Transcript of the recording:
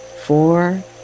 four